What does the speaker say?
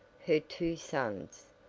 her two sons,